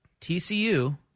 TCU